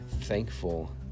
thankful